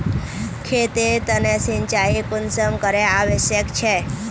खेतेर तने सिंचाई कुंसम करे आवश्यक छै?